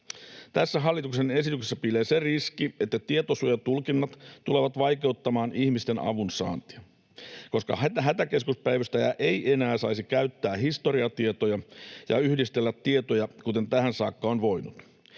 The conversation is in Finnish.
Tässä hallituksen esityksessä piilee se riski, että tietosuojatulkinnat tulevat vaikeuttamaan ihmisten avunsaantia, koska hätäkeskuspäivystäjä ei enää saisi käyttää historiatietoja ja yhdistellä tietoja, kuten tähän saakka on voinut.